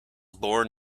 born